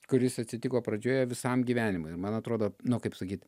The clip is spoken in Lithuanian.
kuris atsitiko pradžioje visam gyvenimui ir man atrodo nu kaip sakyt